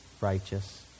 righteous